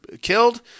killed